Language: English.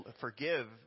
forgive